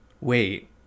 wait